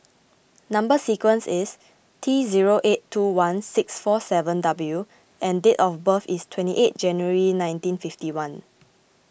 Number Sequence is T zero eight two one six four seven W and date of birth is twenty eight January nineteen fifty one